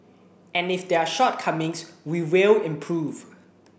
and if there are shortcomings we will improve